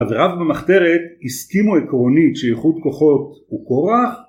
אז רב במחתרת, הסכימו עקרונית שאיכות כוחות הוא כורח